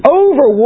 over